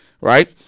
right